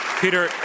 Peter